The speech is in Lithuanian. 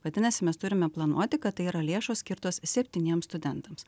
vadinasi mes turime planuoti kad tai yra lėšos skirtos septyniems studentams